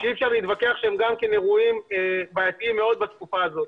שאי אפשר להתווכח שהם גם כן אירועים בעייתיים מאוד בתקופה הזאת.